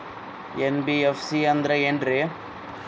NBFC ಅಂದ್ರ ಏನ್ರೀ?